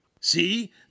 See